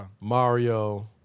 Mario